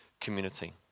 community